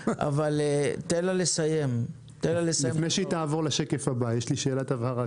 לפני שהיא תעבור לשקף הבא יש לי שאלת הבהרה.